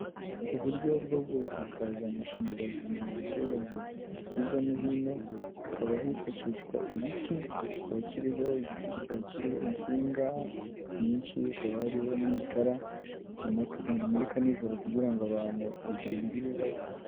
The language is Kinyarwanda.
Uburyo bwo gusakaza amashanyarazi mu baturage hirya no hino hakaba hifashishwa ibiti kikaba kiriho, igiti kikaba kiriho insinga nyinshi, hkaba harihoho n'itara rimurika nijoro kugira ngo abantu ba batagira ibibazo.